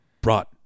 brought